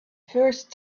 first